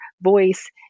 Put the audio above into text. voice